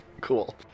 cool